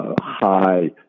high